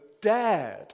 dared